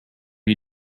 you